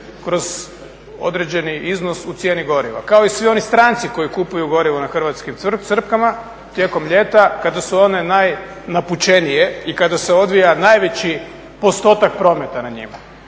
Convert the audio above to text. kroz određeni iznos u cijeni goriva kao i svi oni stranci koji kupuju gorivo na hrvatskim crpkama tijekom ljeta kada su one najnapučenije i kada se odvija najveći postotak prometa na njima.